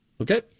Okay